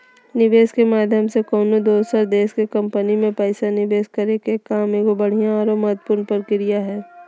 निवेशक के माध्यम से कउनो दोसर देश के कम्पनी मे पैसा निवेश करे के काम एगो बढ़िया आरो महत्वपूर्ण प्रक्रिया हय